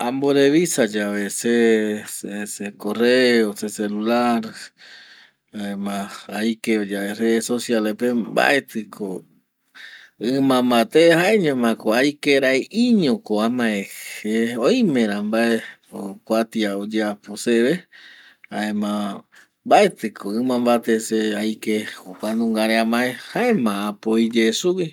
Amborevisa yave se correo se celulara aike yave rede sociales pe mbaeti ai mbate jaeño ma ko aike raiño je oime ra mbae kuatia oyapo seve jaema mbaeti ko ima vaete se aike jokuanunga re amae jaemai apoi ye sugüi.